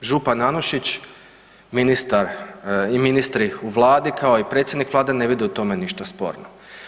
I to župan Anušić, ministar, i ministri u Vladi kao i predsjednik Vlade ne vide u tome ništa sporno.